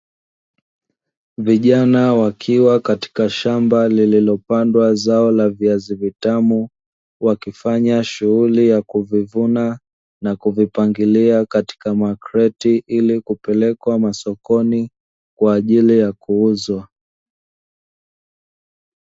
Vijana wakiwa katika shamba lililopandwa zao la viazi vitamu, wakifanya shughuli ya kuvivuna na kuvipangilia katika makreti, ili kupelekwa masokoni kwa ajili ya kuuzwa.